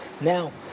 Now